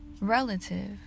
relative